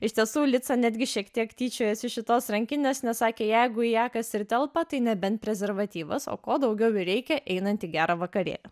iš tiesų lica netgi šiek tiek tyčiojosi iš šitos rankinės nes sakė jeigu į ją kas ir telpa tai nebent prezervatyvas o ko daugiau ir reikia einant į gerą vakarėlį